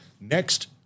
next